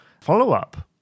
follow-up